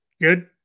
Good